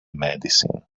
medicine